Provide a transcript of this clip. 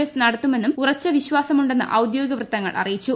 S നടത്തുമെന്ന് ഉറച്ച വിശ്വാസമുണ്ടെന്ന് ഔദ്യോഗിക വൃത്തങ്ങൾ അറിയിച്ചു